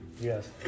Yes